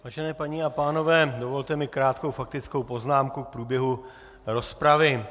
Vážené paní a pánové, dovolte mi krátkou faktickou poznámku k průběhu rozpravy.